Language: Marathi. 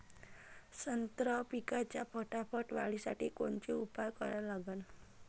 संत्रा पिकाच्या फटाफट वाढीसाठी कोनचे उपाव करा लागन?